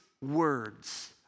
words